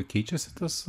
keičiasi tas